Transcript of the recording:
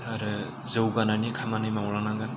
आरो जौगानायनि खामानि मावलांनांगोन